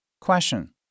Question